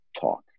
talk